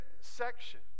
section